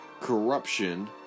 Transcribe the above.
corruption